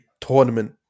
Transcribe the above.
tournament